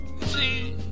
See